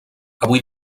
avui